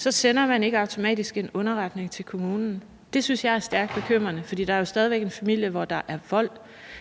– sender man ikke automatisk en underretning til kommunen. Det synes jeg er stærkt bekymrende, for der er stadig væk en familie, hvor der er vold.